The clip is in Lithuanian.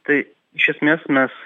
tai iš esmės mes